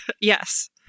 Yes